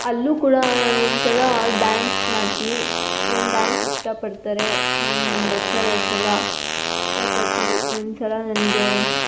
ಅಲ್ಲೂ ಕೂಡ ನಾನು ಒಂದು ಸಲ ಡ್ಯಾನ್ಸ್ ಮಾಡ್ತೀನಿ ನನ್ನ ಡ್ಯಾನ್ಸ್ ಇಷ್ಟಪಡ್ತಾರೆ ನಮ್ಮ ಲೆಚ್ಚರರ್ಸ್ ಎಲ್ಲ ಇಷ್ಟಪಟ್ಟು ಒಂದು ಸಲ ನನಗೆ